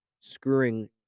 screwing